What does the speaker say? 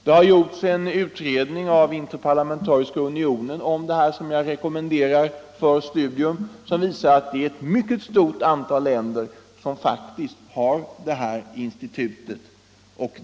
Interparlamentariska unionen har gjort en utredning om detta som jag rekommenderar för studium och som visar att ett mycket stort antal länder faktiskt har ett sådant institut.